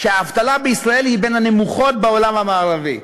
שהאבטלה בישראל היא בין הנמוכות בעולם המערבי.